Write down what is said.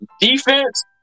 defense